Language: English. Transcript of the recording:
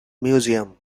museum